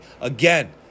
Again